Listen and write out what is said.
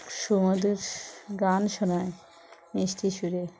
সুমধুর গান শোনায় মিষ্টি সুরে